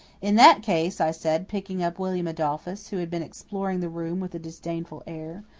in that case, i said, picking up william adolphus, who had been exploring the room with a disdainful air,